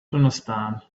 understand